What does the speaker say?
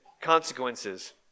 consequences